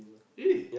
really